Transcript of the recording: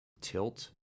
Tilt